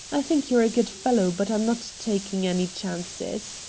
i think you're a good fellow, but i'm not taking any chances.